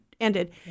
ended